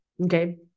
Okay